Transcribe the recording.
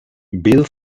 bill